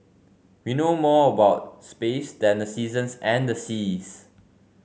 we know more about space than the seasons and the seas